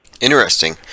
Interesting